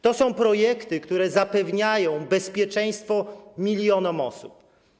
To są projekty, które zapewniają bezpieczeństwo milionom osób.